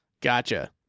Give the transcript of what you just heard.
Gotcha